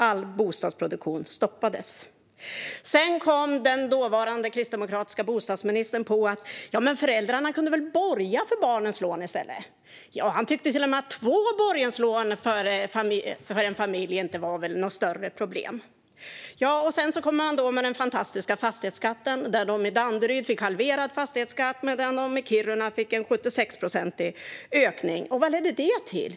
All bostadsproduktion stoppades då. Sedan kom den dåvarande kristdemokratiska bostadsministern på att föräldrarna väl kunde borga för barnens lån i stället. Han tyckte till och med att två borgenslån för en familj inte var något större problem. Sedan kom man med den fantastiska fastighetsskatten som innebar att de som bor i Danderyd fick halverad fastighetsskatt, medan de som bor i Kiruna fick en 76-procentig ökning. Vad ledde det till?